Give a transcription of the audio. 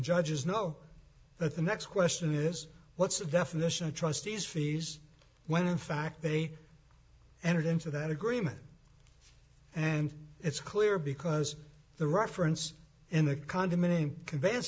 judges know that the next question is what's the definition of trustees fees when in fact they entered into that agreement and it's clear because the reference in the condominium conv